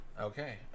Okay